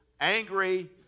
angry